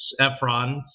Efron